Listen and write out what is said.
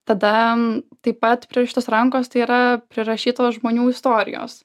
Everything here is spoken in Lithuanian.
tada taip pat prirašytos rankos tai yra prirašytos žmonių istorijos